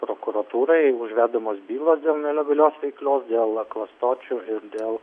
prokuratūrai užvedamos bylos dėl nelegalios veiklos dėl klastočių ir dėl